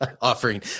offering